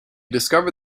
discovered